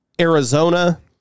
Arizona